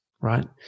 right